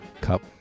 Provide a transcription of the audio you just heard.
cup